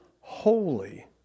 holy